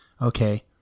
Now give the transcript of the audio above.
okay